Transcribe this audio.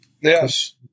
Yes